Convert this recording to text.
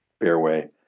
fairway